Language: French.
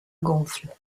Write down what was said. gonfle